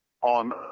on